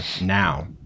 now